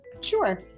sure